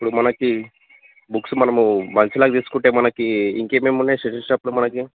ఇప్పుడు మనకి బుక్స్ మనము బంచ్ లాగా తీసుకుంటే మనకి ఇంకే ఏం ఉన్నాయి స్టేషనరీ షాప్లో మనకి